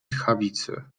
tchawicy